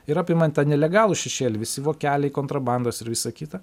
ir apimant tą nelegalų šešėlį visi vokeliai kontrabandos ir visa kita